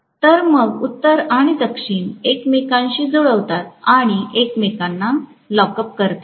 तर मग उत्तर आणि दक्षिण एकमेकांशी जुळतात आणि एकमेकांना लॉकअप करतात